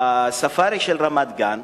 בספארי של רמת-גן